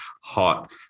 hot